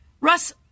Russ